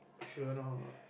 sure a not